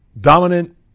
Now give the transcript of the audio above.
dominant